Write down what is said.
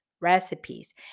recipes